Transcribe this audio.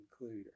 include